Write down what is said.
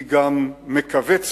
היא גם מכווצת